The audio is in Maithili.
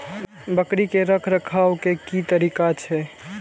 बकरी के रखरखाव के कि तरीका छै?